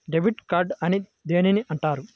Debit card అని దేనిని అంటారు?